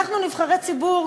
אנחנו נבחרי ציבור.